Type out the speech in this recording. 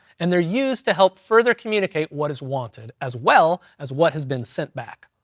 and they're used to help further communicate what is wanted as well as what has been sent back.